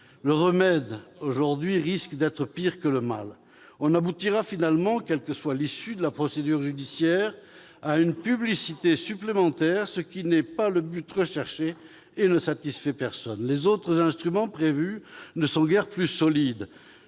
Le remède risque d'être pire que le mal. On aboutira finalement, quelle que soit l'issue de la procédure judiciaire, à une publicité supplémentaire, ce qui n'est pas le but et ne satisfait personne. Les autres instruments prévus ne sont guère plus solides.